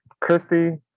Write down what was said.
christy